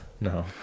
No